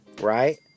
right